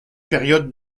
période